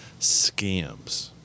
scams